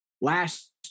last